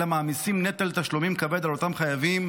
אלא מעמיסים נטל תשלומים כבד על אותם חייבים